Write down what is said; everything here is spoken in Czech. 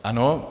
Ano.